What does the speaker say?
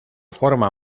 forma